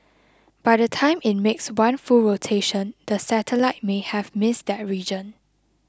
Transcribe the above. by the time it makes one full rotation the satellite may have missed that region